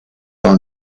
par